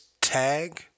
tag